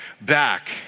back